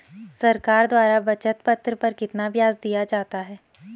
सरकार द्वारा बचत पत्र पर कितना ब्याज दिया जाता है?